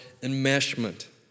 enmeshment